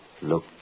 Look